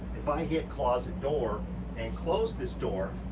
if i hit closet door and close this door,